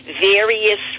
various